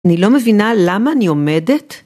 אני לא מבינה למה אני עומדת,